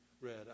read